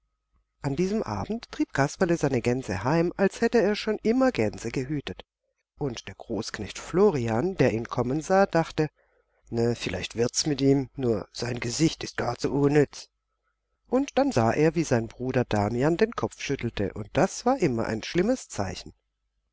an diesem abend trieb kasperle seine gänse heim als hätte er schon immer gänse gehütet und der großknecht florian der ihn kommen sah dachte na vielleicht wird's mit ihm nur sein gesicht ist gar zu unnütz und dann sah er wie sein bruder damian den kopf schüttelte und das war immer ein schlimmes zeichen